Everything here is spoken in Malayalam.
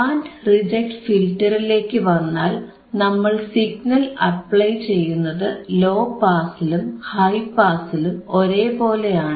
ബാൻഡ് റിജക്ട് ഫിൽറ്ററിലേക്കു വന്നാൽ നമ്മൾ സിഗ്നൽ അപ്ലൈ ചെയ്യുന്നത് ലോ പാസിലും ഹൈ പാസിലും ഒരേപോലെയാണ്